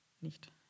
nicht